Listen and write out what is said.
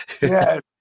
Yes